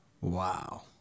Wow